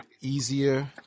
easier